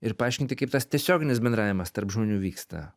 ir paaiškinti kaip tas tiesioginis bendravimas tarp žmonių vyksta